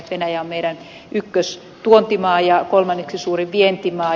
venäjä on meidän ykköstuontimaa ja kolmanneksi suurin vientimaa